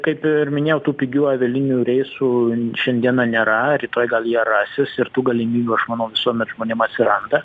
kaip ir minėjau tų pigių avialinijų reisų šiandieną nėra rytoj gal jie rasis ir tų galimybių aš manau visuomet žmonėm atsiranda